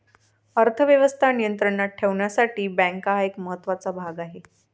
अर्थ व्यवस्था नियंत्रणात ठेवण्यासाठी बँका हा एक महत्त्वाचा भाग आहे